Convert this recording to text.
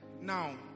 Now